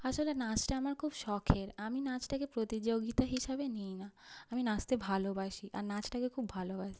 আসলে নাচটা আমার খুব শখের আমি নাচটাকে প্রতিযোগিতা হিসাবে নিই না আমি নাচতে ভালোবাসি আর নাচটাকে খুব ভালোবাসি